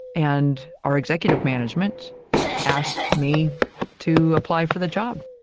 and our executive management asked me to apply for the job.